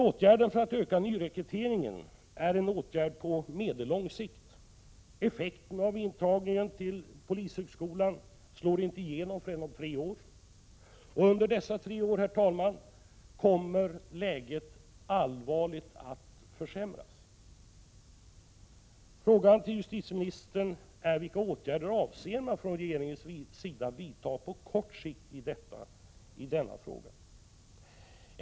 Åtgärden för att öka nyrekryteringen är en åtgärd på meddellång sikt. Effekten av intagningen på polishögskolan slår inte igenom förrän om tre år. Under dessa tre år, herr talman, kommer läget att försämras allvarligt. Frågan till justitieministern är vilka åtgärder man från regeringens sida avser att vidta på kort sikt för att lösa detta problem.